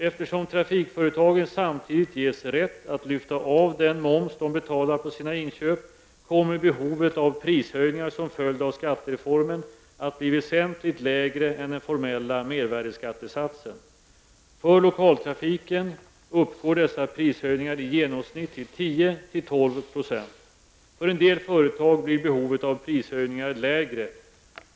Eftersom trafikföretagen samtidigt ges rätt att lyfta av den moms de betalar på sina inköp kommer prishöjningarna som följd av skattereformen att bli väsentligt lägre än den formella mervärdeskattesatsen. För lokaltrafiken uppgår dessa prishöjningar till i genomsnitt 10--12 %. För en del företag blir behovet av prishöjningar lägre.